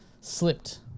slipped